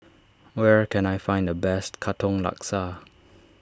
where can I find the best Katong Laksa